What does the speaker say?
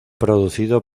producido